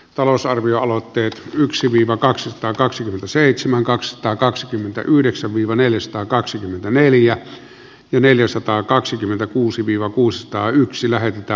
talousarvioaloitteet yksiviivakaksisataakaksikymmentäseitsemän kaksisataakaksikymmentäyhdeksän vihr neljäsataakaksikymmentäneljä neljäsataakaksikymmentäkuusi viiva lähetetään valtiovarainvaliokuntaan